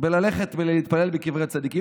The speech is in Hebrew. בללכת להתפלל בקברי צדיקים.